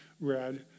read